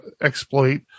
exploit